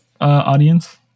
audience